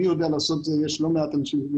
אני יודע לעשות את זה ויש לא מעט אנשים שיודעים